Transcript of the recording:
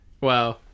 wow